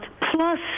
Plus